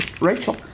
Rachel